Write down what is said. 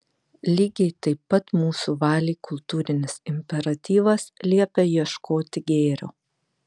lygiai taip pat mūsų valiai kultūrinis imperatyvas liepia ieškoti gėrio